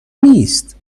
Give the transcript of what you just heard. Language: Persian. نیست